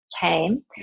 came